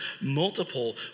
multiple